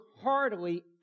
heartily